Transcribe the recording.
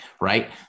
right